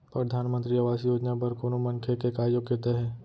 परधानमंतरी आवास योजना बर कोनो मनखे के का योग्यता हे?